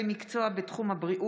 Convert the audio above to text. חובה),